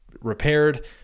repaired